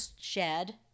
shed